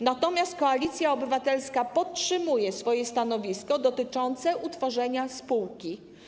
Natomiast Koalicja Obywatelska podtrzymuje stanowisko dotyczące utworzenia spółki.